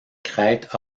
crête